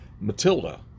Matilda